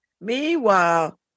Meanwhile